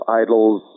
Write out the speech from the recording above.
idols